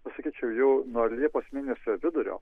pasakyčiau jau nuo liepos mėnesio vidurio